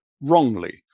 wrongly